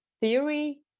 theory